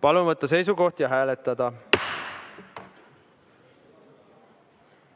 Palun võtta seisukoht ja hääletada!